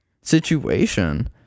situation